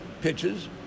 pitches